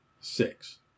Six